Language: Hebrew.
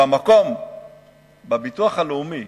שהביטוח הלאומי